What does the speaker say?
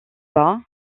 bas